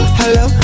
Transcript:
hello